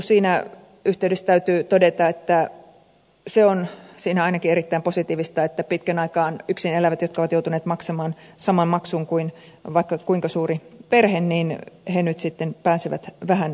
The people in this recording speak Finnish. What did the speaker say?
siinä yhteydessä täytyy todeta että se on siinä ainakin erittäin positiivista että yksinelävät jotka pitkän aikaa ovat joutuneet maksamaan saman maksun kuin vaikka kuinka suuri perhe nyt sitten pääsevät vähän vähemmällä